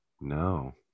No